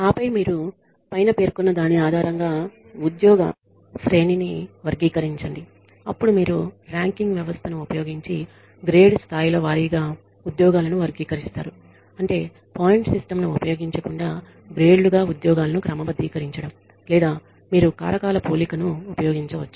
ఆపై మీరు పైన పేర్కొన్న దాని ఆధారంగా ఉద్యోగ శ్రేణిని వర్గీకరించండి అప్పుడు మీరు ర్యాంకింగ్ వ్యవస్థను ఉపయోగించి గ్రేడ్ స్థాయిల వారీగా ఉద్యోగాలను వర్గీకరిస్తారు అంటే పాయింట్ సిస్టమ్ ను ఉపయోగించకుండా గ్రేడ్ లు గా ఉద్యోగాలను క్రమబద్ధీకరించడం లేదా మీరు కారకాల పోలికను ఉపయోగించవచ్చు